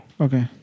Okay